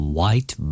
White